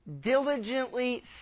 diligently